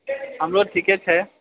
हमरो ठीके छै